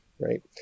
right